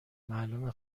معلومه